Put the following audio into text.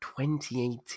2018